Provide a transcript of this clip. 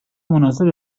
مناسب